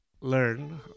learn